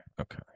okay